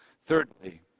Thirdly